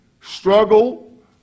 struggle